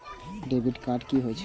Debit card कि होई छै?